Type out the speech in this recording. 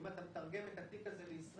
אם אתה מתרגם את התיק הזה לישראל,